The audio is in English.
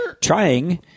Trying